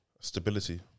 Stability